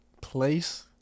place